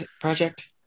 project